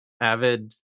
avid